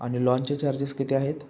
आणि लॉन्चे चार्जेस किती आहेत